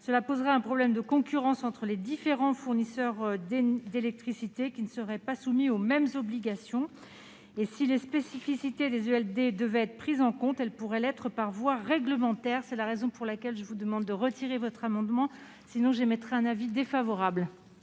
Cela poserait un problème de concurrence entre les différents fournisseurs d'électricité qui ne seraient pas soumis aux mêmes obligations. Si les spécificités des ELD devaient être prises en compte, elles pourraient l'être par voie réglementaire. Ce sont les raisons pour lesquelles je vous demande de bien vouloir retirer votre amendement, mon cher collègue, faute